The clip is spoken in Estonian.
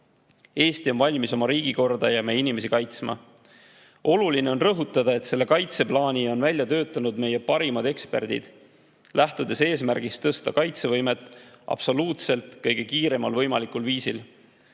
Eesti on valmis oma riigikorda ja meie inimesi kaitsma. Oluline on rõhutada, et selle kaitseplaani on välja töötanud meie parimad eksperdid, lähtudes eesmärgist tõsta kaitsevõimet absoluutselt kõige kiiremal võimalikul viisil.